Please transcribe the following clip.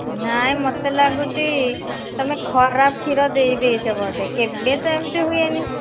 ନାହିଁ ମୋତେ ଲାଗୁଛି ତମେ ଖରାପ କ୍ଷୀର ଦେଇ ଦେଇଛ ବୋଧେ କେବେ ତ ଏମିତି ହୁଏନି